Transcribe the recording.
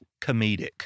comedic